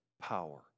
power